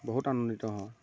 বহুত আনন্দিত হওঁ